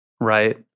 right